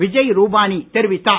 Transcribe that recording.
விஜய் ரூபானி தெரிவித்தார்